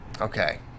Okay